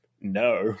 no